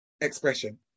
expression